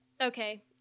Okay